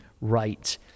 right